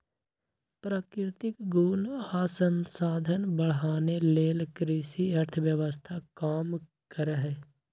प्राकृतिक गुण आ संसाधन बढ़ाने लेल कृषि अर्थव्यवस्था काम करहइ